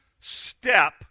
step